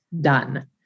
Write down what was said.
done